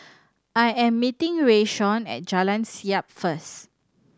I am meeting Rayshawn at Jalan Siap first